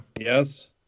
Yes